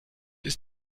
ist